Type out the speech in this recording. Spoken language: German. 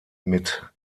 mit